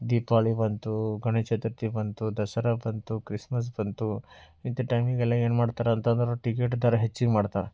ದೀಪಾವಳಿ ಬಂತು ಗಣೇಶ ಚತುರ್ಥಿ ಬಂತು ದಸರಾ ಬಂತು ಕ್ರಿಸ್ಮಸ್ ಬಂತು ಇಂಥ ಟೈಮಿಗೆಲ್ಲ ಏನು ಮಾಡ್ತಾರೆ ಅಂತ ಅಂದ್ರೆ ಟಿಕೆಟ್ ದರ ಹೆಚ್ಚಿಗೆ ಮಾಡ್ತಾರೆ